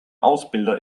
ausbilder